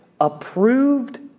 approved